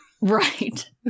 right